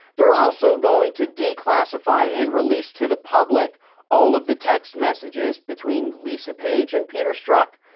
they're also going to declassify and release to the public all of the text messages between lisa page and peter strzok.